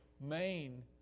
main